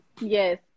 Yes